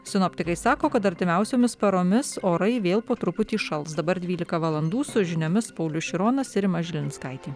sinoptikai sako kad artimiausiomis paromis orai vėl po truputį šal dabar dvylika valandų su žiniomis paulius šironas ir rima žilinskaitė